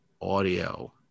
audio